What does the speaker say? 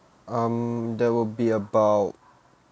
um there will be about